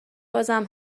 بازم